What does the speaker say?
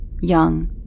Young